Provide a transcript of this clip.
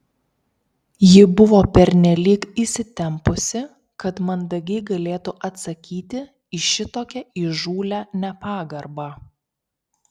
ji buvo pernelyg įsitempusi kad mandagiai galėtų atsakyti į šitokią įžūlią nepagarbą